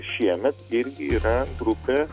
šiemet irgi yra grupė